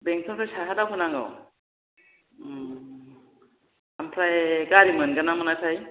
बेंटलजों साहा दावखोनांगौ ओमफ्राय गारि मोनगोन ना मोनाथाय